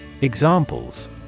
Examples